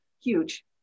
huge